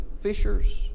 fishers